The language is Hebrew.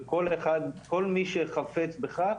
כל מי שחפץ בכך,